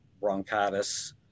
bronchitis